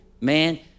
man